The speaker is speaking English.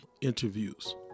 interviews